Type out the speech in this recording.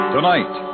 Tonight